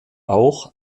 auch